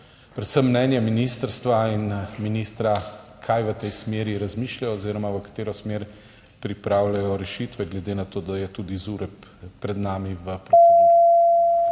predvsem mnenje ministrstva in ministra, kaj razmišlja v tej smeri oziroma v katero smer pripravljajo rešitve, glede na to, da je tudi ZUreP pred nami v proceduri.